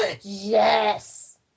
Yes